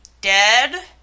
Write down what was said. dead